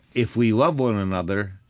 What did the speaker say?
if we love one another,